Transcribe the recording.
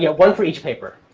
yeah one for each paper.